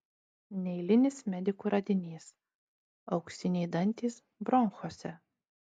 neeilinis medikų radinys auksiniai dantys bronchuose